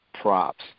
props